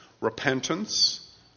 Repentance